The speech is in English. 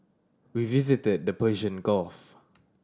we visited the Persian Gulf